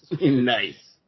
Nice